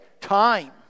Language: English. time